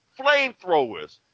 flamethrowers